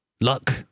luck